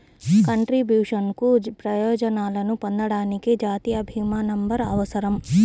కంట్రిబ్యూషన్లకు ప్రయోజనాలను పొందడానికి, జాతీయ భీమా నంబర్అవసరం